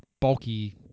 bulky